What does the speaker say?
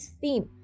theme